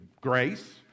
grace